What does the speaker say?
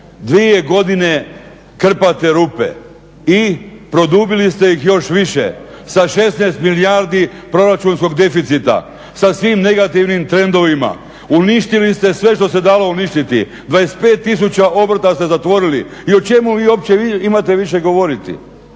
2 godine krpate rupe i produbili ste ih još više. Sa 16 milijardi proračunskog deficita, sa svim negativnim trendovima, uništili ste sve što se dalo uništiti. 25 tisuća obrta ste zatvorili i o čemu vi uopće imate više govoriti.